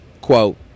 Quote